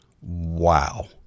Wow